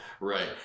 right